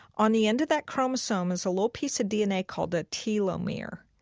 on the end of that chromosome is a little piece of dna called a telomere.